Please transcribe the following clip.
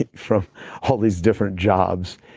but from all these different jobs.